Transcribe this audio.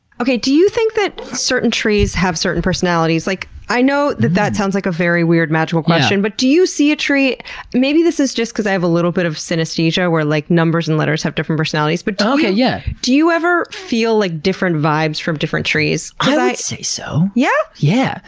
okay, do you think that certain trees have certain personalities? like, i know that that sounds like a very weird magical question, but do you see a tree maybe this is just cause i have a little bit of synesthesia, where like numbers and letters have different personalities but ah yeah do you ever feel like different vibes from different trees? i would say so, yeah. yeah